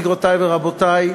גבירותי ורבותי,